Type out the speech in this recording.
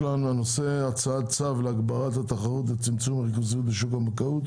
והצעת צו להגברת התחרות ולצמצום הריכוזיות בשוק הבנקאות